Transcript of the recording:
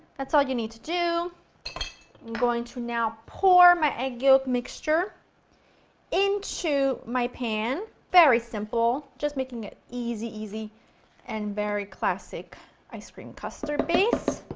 that's all you need to do. i'm going to now pour my egg yolk mixture into my pan, very simple, just making an easy, easy and very classic ice cream custard base.